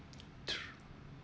true